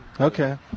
Okay